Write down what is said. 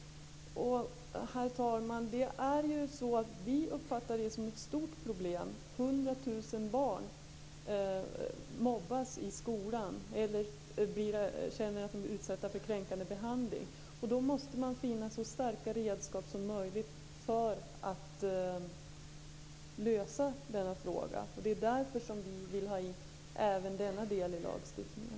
Herr talman! Vi uppfattar mobbning som ett stort problem. 100 000 barn känner att de blir utsatta för kränkande behandling i skolan. Man måste finna så starka redskap som möjligt för att lösa det problemet. Därför vill vi ha in även denna del i lagstiftningen.